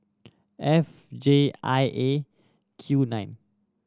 F J I A Q nine